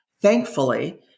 Thankfully